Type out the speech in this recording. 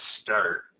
start